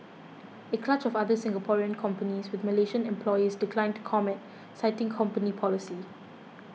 a clutch of other Singaporean companies with Malaysian employees declined to comment citing company policy